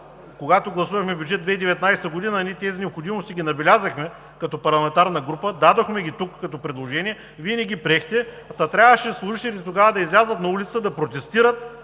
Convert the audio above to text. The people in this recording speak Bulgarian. когато гласувахме Бюджет 2019, ние тези необходимости ги набелязахме като парламентарна група, дадохме ги тук като предложение, Вие не ги приехте, та трябваше служителите тогава да излязат на улицата да протестират,